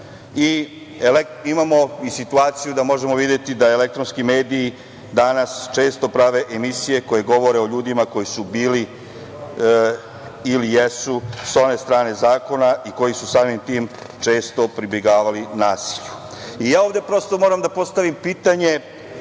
Imamo i situaciju da možemo videti da elektronski mediji danas često prave emisije koje govore o ljudima koji su bili ili jesu sa one strane zakona i koji su samim tim često pribegavali nasilju. Ovde prosto moram da postavim pitanje,